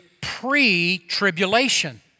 pre-tribulation